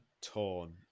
torn